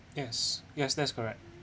yes yes that's correct